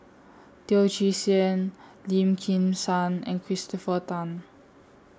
Teo Chee Hean Lim Kim San and Christopher Tan